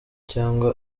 cyangwa